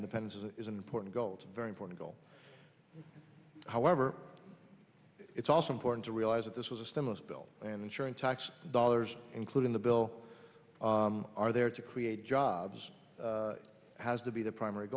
independence is an important goal to a very important goal however it's also important to realize that this was a stimulus bill and ensuring tax dollars including the bill are there to create jobs has to be the primary